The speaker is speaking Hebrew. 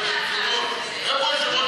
איפה יושב-ראש הכנסת?